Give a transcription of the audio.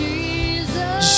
Jesus